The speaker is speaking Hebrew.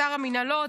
שר המינהלות,